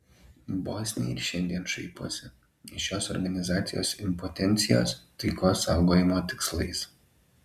bosniai ir šiandien šaiposi iš šios organizacijos impotencijos taikos saugojimo tikslais